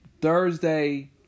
Thursday